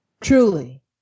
Truly